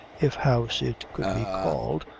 if house it could be called,